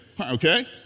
Okay